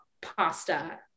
pasta